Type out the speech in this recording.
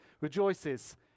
rejoices